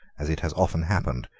as it has often happened,